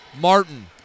Martin